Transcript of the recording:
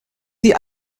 sie